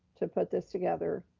to put this together.